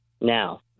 now